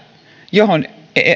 johon